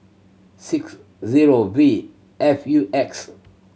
six zero V F U X